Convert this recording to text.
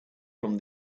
from